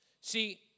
See